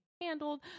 handled